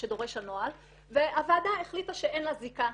שדורש הנוהל והוועדה החליטה שאין לה זיקה",